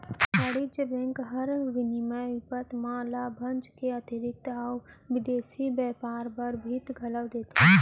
वाणिज्य बेंक हर विनिमय बिपत मन ल भंजा के आंतरिक अउ बिदेसी बैयपार बर बित्त घलौ देवाथे